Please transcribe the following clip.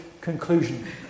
conclusion